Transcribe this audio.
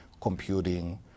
computing